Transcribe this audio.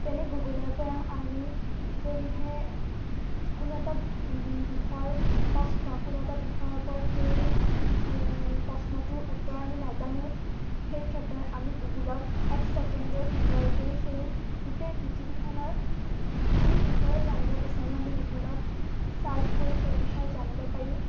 যেনে গুগুলৰ পৰা আমি যদিহে কোনো এটা দিশৰ প্ৰশ্ন কোনো এটা বিষয়ৰ প্ৰশ্নটোৰ সেই প্ৰশ্নটোৰ উত্তৰ আমি নাজানোঁ সেইক্ষেত্ৰত আমি গুগুলত এক চেকেণ্ডৰ ভিতৰতেই সেই গোটেই পৃথিৱীখনৰ যি বিষয়ে জানিব বিচাৰোঁ আমি গুগুলত চাৰ্চ কৰি সেই বিষয়ে জানিব পাৰিম